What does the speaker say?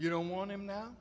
you don't want him now